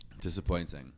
disappointing